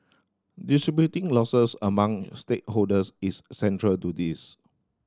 distributing losses among stakeholders is central to this